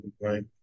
right